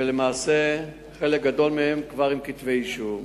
ולמעשה חלק גדול מהם כבר עם כתבי-אישום.